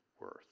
worth